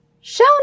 show